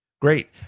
Great